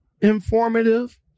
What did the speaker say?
informative